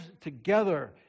together